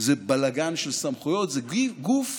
זה בלגן של סמכויות, זה גוף